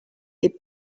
est